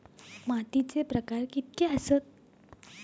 मातीचे प्रकार कितके आसत?